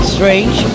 Strange